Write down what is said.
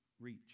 reach